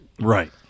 right